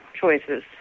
choices